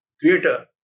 creator